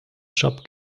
job